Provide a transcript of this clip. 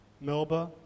Melba